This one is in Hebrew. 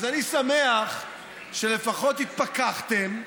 אז אני שמח שלפחות התפקחתם.